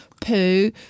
poo